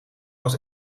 was